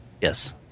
Yes